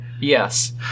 Yes